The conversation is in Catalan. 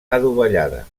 adovellada